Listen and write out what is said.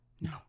No